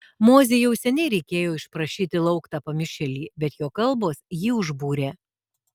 mozei jau seniai reikėjo išprašyti lauk tą pamišėlį bet jo kalbos jį užbūrė